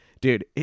dude